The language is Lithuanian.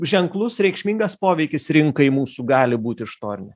ženklus reikšmingas poveikis rinkai mūsų gali būt iš to ar ne